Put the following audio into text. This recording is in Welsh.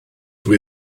dydw